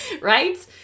right